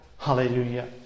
Hallelujah